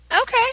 Okay